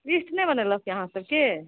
list नहि बनेलक यऽ अहाँ सबके